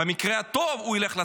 במקרה הטוב הוא ילך לצבא,